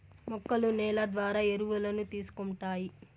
మొక్కలు నేల ద్వారా ఎరువులను తీసుకుంటాయి